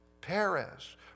Perez